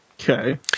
Okay